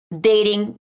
dating